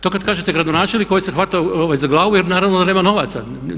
To kada kažete gradonačelniku ovaj se hvata za glavu jer naravno da nema novaca.